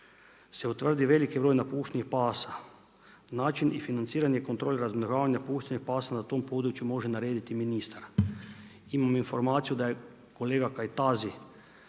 se utvrdi veliki broj napuštenih pasa, način i financiranje kontrole razmnožavanja napuštenih pasa na tom području može narediti ministar. Imam informaciju da je kolega Kajtazi